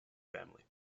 family